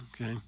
Okay